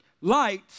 Light